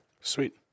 Sweet